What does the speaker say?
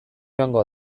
joango